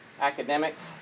academics